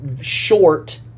short